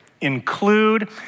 Include